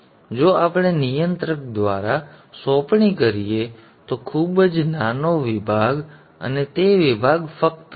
જ્યારે જો આપણે નિયંત્રક દ્વારા સોંપણી કરીએ તો ખૂબ જ નાનો વિભાગ અને તે વિભાગ ફક્ત છે